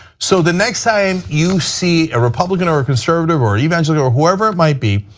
so the next time you see a republican or or conservative or evangelical or whoever it might be